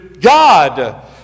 God